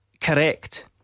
Correct